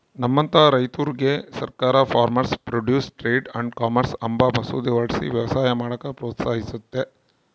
ನಮ್ಮಂತ ರೈತುರ್ಗೆ ಸರ್ಕಾರ farmers produce trade and commerce ಅಂಬ ಮಸೂದೆ ಹೊರಡಿಸಿ ವ್ಯವಸಾಯ ಮಾಡಾಕ ಪ್ರೋತ್ಸಹಿಸ್ತತೆ